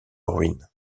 ruines